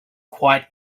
quite